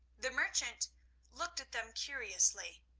the merchant looked at them curiously,